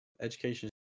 Education